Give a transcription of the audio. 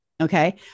Okay